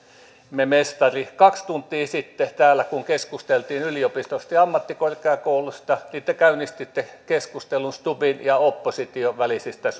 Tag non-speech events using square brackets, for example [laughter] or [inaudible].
mestari kaksi tuntia sitten täällä kun keskusteltiin yliopistoista ja ammattikorkeakouluista te käynnistitte keskustelun stubbin ja opposition välisistä [unintelligible]